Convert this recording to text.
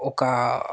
ఒక